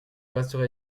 resterai